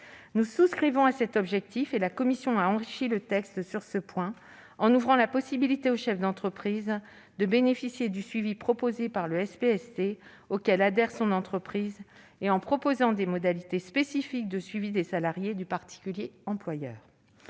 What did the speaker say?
Nous souscrivons à cet objectif, et la commission a enrichi le texte sur ce point, en ouvrant au chef d'entreprise la possibilité de bénéficier du suivi délivré par le SPST auquel adhère son entreprise et en proposant des modalités spécifiques de suivi des salariés du particulier employeur.